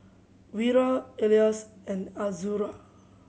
Wira Elyas and Azura